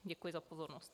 Děkuji za pozornost.